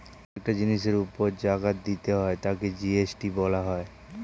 প্রত্যেকটা জিনিসের উপর জাকাত দিতে হয় তাকে জি.এস.টি বলা হয়